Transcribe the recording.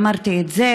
אמרתי את זה,